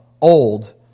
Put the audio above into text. old